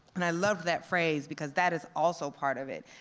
and i love that phrase because that is also part of it.